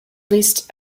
least